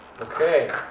Okay